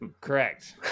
Correct